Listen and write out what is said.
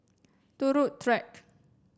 Turut Track